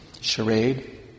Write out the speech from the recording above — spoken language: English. charade